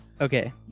Okay